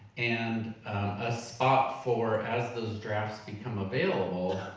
and a spot for, as those drafts become available,